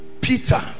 Peter